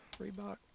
Reebok